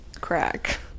crack